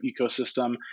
ecosystem